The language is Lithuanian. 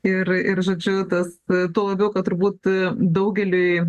ir ir žodžiu tas tuo labiau kad turbūt daugeliui